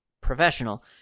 professional